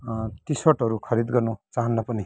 T सर्टहरू खरिद गर्नु चाहन्न पनि